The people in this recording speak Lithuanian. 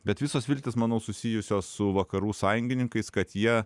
bet visos viltys manau susijusios su vakarų sąjungininkais kad jie